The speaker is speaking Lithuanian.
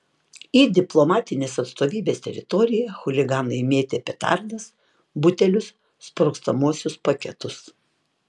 į diplomatinės atstovybės teritoriją chuliganai mėtė petardas butelius sprogstamuosius paketus